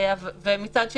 מצד שני,